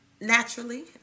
naturally